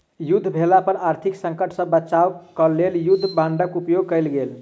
युद्ध भेला पर आर्थिक संकट सॅ बचाब क लेल युद्ध बांडक उपयोग कयल गेल